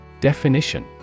Definition